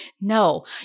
No